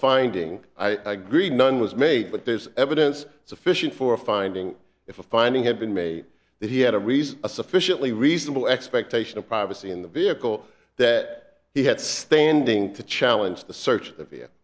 finding i agree none was made but there's evidence sufficient for a finding if a finding had been made that he had a reason a sufficiently reasonable expectation of privacy in the vehicle that he had standing to challenge the search